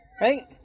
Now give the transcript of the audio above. Right